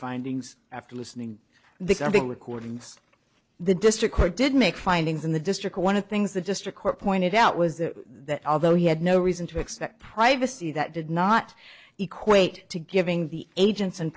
findings after listening this i think recordings the district court did make findings in the district one of the things the district court pointed out was that although he had no reason to expect privacy that did not equate to giving the agents and